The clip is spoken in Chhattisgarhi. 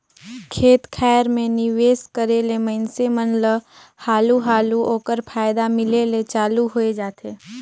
खेत खाएर में निवेस करे ले मइनसे ल हालु हालु ओकर फयदा मिले ले चालू होए जाथे